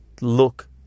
look